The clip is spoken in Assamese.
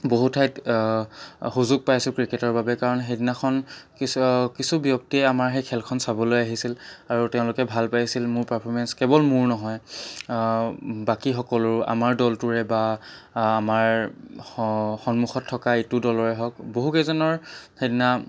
বহু ঠাইত সুযোগ পাইছোঁ ক্ৰিকেটৰ বাবে কাৰণ সেইদিনাখন কিছু কিছু ব্যক্তিয়ে আমাৰ সেই খেলখন চাবলৈ আহিছিল আৰু তেওঁলোকে ভাল পাইছিল মোৰ পাৰ্ফৰ্মেঞ্চ কেৱল মোৰ নহয় বাকী সকলো আমাৰ দলটোৰে বা আমাৰ স সন্মুখত থকা ইটো দলৰে হওক বহুকেইজনৰ সেইদিনা